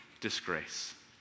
disgrace